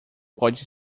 pode